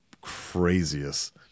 craziest